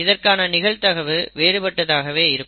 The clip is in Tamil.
இதற்கான நிகழ்தகவு வேறுபட்டதாகவே இருக்கும்